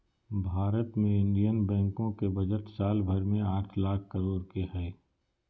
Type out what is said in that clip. भारत मे इन्डियन बैंको के बजट साल भर मे आठ लाख करोड के हय